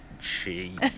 cheese